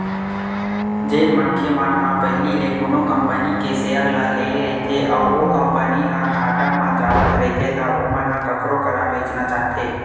जेन मनखे मन ह पहिली ले कोनो कंपनी के सेयर ल लेए रहिथे अउ ओ कंपनी ह घाटा म जावत रहिथे त ओमन ह कखरो करा बेंचना चाहथे